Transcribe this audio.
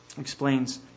explains